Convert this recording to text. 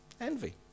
Envy